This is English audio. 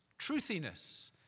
Truthiness